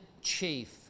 chief